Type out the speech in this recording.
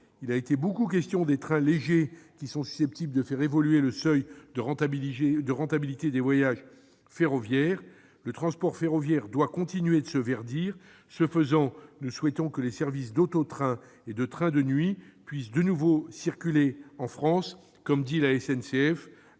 il a beaucoup été question des trains légers, qui sont susceptibles de faire évoluer le seuil de rentabilité des voyages ferroviaires. Le transport ferroviaire doit continuer de se verdir. En ce sens, nous souhaitons que les services d'auto-train et les trains de nuit puissent de nouveau circuler en France. Pour paraphraser la SNCF,